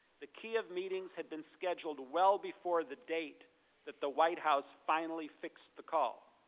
the key of meetings have been scheduled well before the date that the white house finally fixed the call.